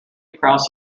across